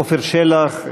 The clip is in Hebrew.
עפר שלח,